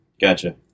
Gotcha